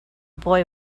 boy